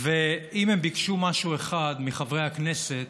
ואם הם ביקשו משהו אחד מחברי הכנסת